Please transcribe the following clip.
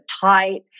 tight